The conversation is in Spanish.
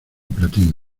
platino